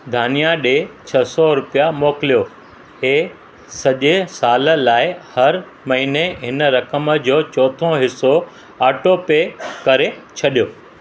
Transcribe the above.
दानिआ डे छह सौ रुपिया मोकिलियो हे सॼे साल लाइ हर महीने हिन रक़म जो चोथो हिसो ऑटोपे करे छॾियो